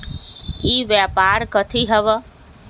ई व्यापार कथी हव?